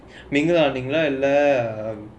நீங்கெல்லாம் நீங்கெல்லாம் இல்லே:neenggellaam neenggellaam illae